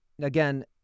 Again